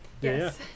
Yes